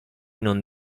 non